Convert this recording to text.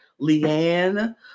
Leanne